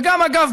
ואגב,